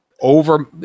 over